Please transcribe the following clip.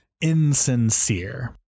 insincere